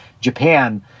Japan